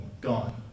gone